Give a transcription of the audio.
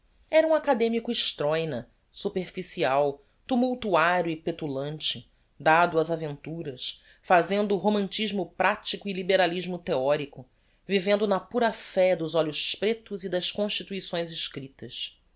era um academico estroina superficial tumultuario e petulante dado ás aventuras fazendo romantismo pratico e liberalismo theorico vivendo na pura fé dos olhos pretos e das constituições escriptas